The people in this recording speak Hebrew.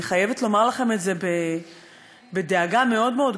אני חייבת לומר לכם את זה בדאגה מאוד מאוד גדולה.